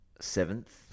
seventh